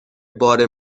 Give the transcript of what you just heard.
بار